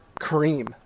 cream